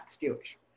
Jewish